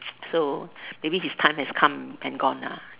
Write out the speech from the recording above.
so maybe his time has come and gone ah